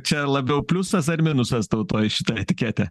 čia labiau pliusas ar minusas tautoj šita etiketė